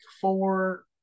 four